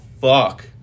fuck